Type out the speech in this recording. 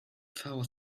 cała